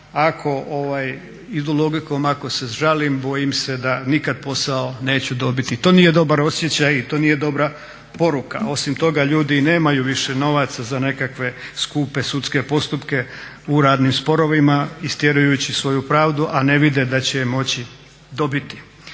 ako se žalim bojim se da nikad posao neću dobiti. To nije dobar osjećaj i to nije dobra poruka. Osim toga ljudi nemaju više novaca za nekakve skupe sudske postupke u radnim sporovima istjerujući svoju pravdu a ne vidi da će je moći dobiti.